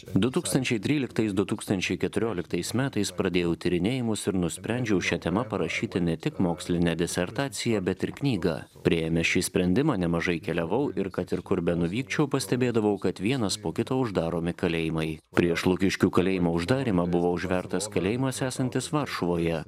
du tūkstančiai tryliktais du tūkstančiai keturioliktais metais pradėjau tyrinėjimus ir nusprendžiau šia tema parašyti ne tik mokslinę disertaciją bet ir knygą priėmęs šį sprendimą nemažai keliavau ir kad ir kur nuvykčiau pastebėdavau kad vienas po kito uždaromi kalėjimai prieš lukiškių kalėjimo uždarymą buvo užvertas kalėjimas esantis varšuvoje